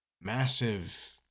massive